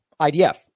IDF